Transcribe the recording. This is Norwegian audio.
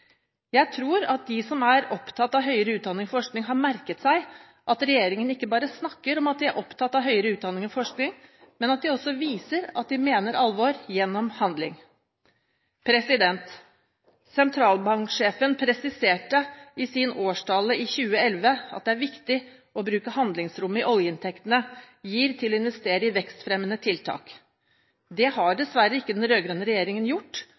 Jeg tror at de som er opptatt av høyere utdanning og forskning, har merket seg at regjeringen ikke bare snakker om at den er opptatt av høyere utdanning og forskning, men at den også viser at den mener alvor gjennom handling. Sentralbanksjefen presiserte i sin årstale i 2011 at det er viktig å bruke handlingsrommet oljeinntektene gir, til å investere i vekstfremmende tiltak. Det har dessverre ikke den rød-grønne regjeringen gjort.